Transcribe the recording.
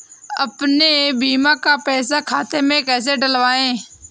अपने बीमा का पैसा खाते में कैसे डलवाए?